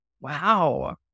Wow